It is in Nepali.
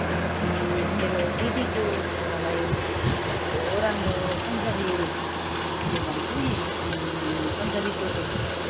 त्यसपछि मेरो दिदीको छोरालाई कस्तो राम्रो पन्जाबी त्यो भन्छ नि पन्जाबी टोपी